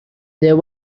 there